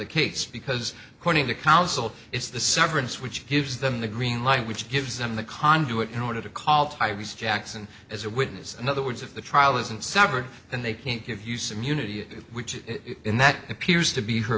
the case because according to counsel it's the severance which gives them the green light which gives them the conduit in order to call out i was jackson as a witness in other words of the trial isn't severed and they can't give you some unity which is in that appears to be her